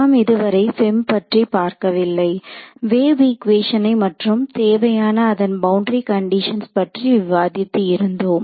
நாம் இதுவரை FEM பற்றி பார்க்கவில்லை வேவ் ஈக்குவேஷன் மற்றும் தேவையான அதன் பவுண்டரி கண்டிஷன்ஸ் பற்றி விவாதித்து இருந்தோம்